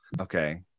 Okay